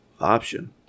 option